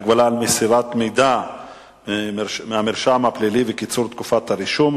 (הגבלה על מסירת מידע מהמרשם הפלילי וקיצור תקופת הרישום),